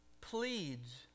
pleads